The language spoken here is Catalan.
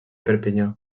perpinyà